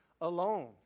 alone